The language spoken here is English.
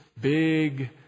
big